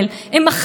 וגם אנחנו,